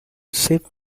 sip